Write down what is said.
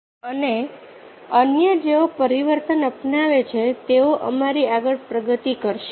અને અન્ય જેઓ પરિવર્તન અપનાવે છે તેઓ અમારી આગળ પ્રગતિ કરશે